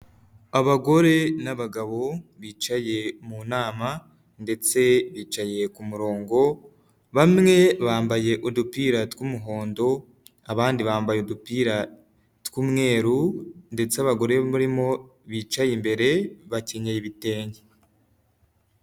Abagore n'abagabo bicaye mu nama ndetse bicaye ku murongo, bamwe bambaye udupira tw'umuhondo abandi bambaye udupira tw'umweru ndetse abagore barimo bicaye imbere bakenyera ibitenge